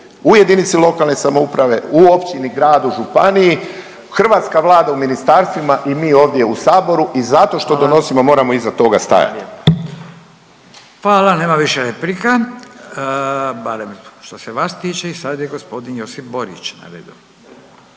u jedinici lokalne samouprave, u općini, gradu, županiji, hrvatska Vlada u ministarstvima i mi ovdje u saboru i zato što donosimo …/Upadica: Hvala./… moramo iza toga stajati. **Radin, Furio (Nezavisni)** Hvala, nema više replika barem što se vas tiče i sad je gospodin Josip Borić na redu.